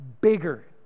bigger